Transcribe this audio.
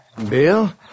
Bill